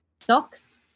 socks